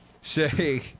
Say